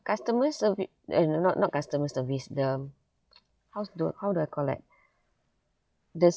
customer servi~ eh no not not customer service the how do how do I call that the